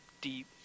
deep